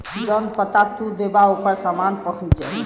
जौन पता तू देबा ओपर सामान पहुंच जाई